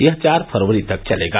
यह चार फरवरी तक चलेगा